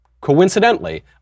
coincidentally